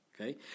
okay